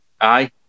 Aye